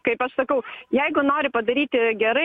kaip aš sakau jeigu nori padaryti gerai